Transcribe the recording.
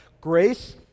grace